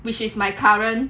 which is my current